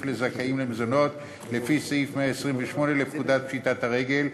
לזכאים למזונות לפי סעיף 128 לפקודת פשיטת הרגל,